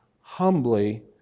humbly